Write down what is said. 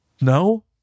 No